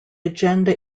agenda